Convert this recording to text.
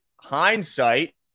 hindsight